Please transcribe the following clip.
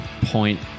point